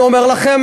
אני אומר לכם,